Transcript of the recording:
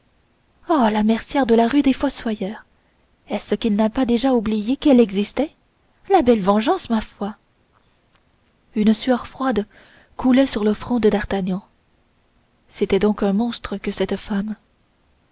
oh la mercière de la rue des fossoyeurs est-ce qu'il n'a pas déjà oublié qu'elle existait la belle vengeance ma foi une sueur froide coulait sur le front de d'artagnan c'était donc un monstre que cette femme